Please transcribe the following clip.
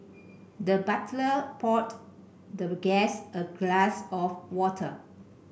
the butler poured the guest a glass of water